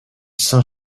saint